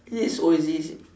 this old this